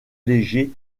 légers